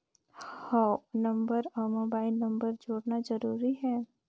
हव नंबर अउ mobile number जोड़ना जरूरी हे?